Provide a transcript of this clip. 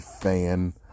fan